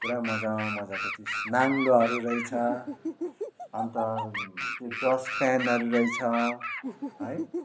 पुरा मज्जा मज्जाको चिज नाङ्लोहरू रहेछ अन्त त्यो डस्ट प्यानहरू रहेछ है